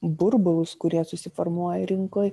burbulus kurie susiformuoja rinkoj